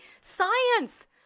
science